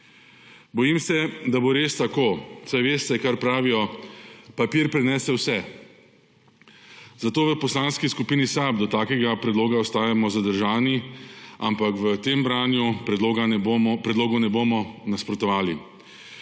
Bojim da, da bo res tako, saj veste, kar pravijo, papir prenese vse. Zato v Poslanski skupini SAB do takega predloga ostajamo zadržani, ampak v tem branju predlogu ne bomo nasprotovali,